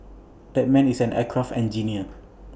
that man is an aircraft engineer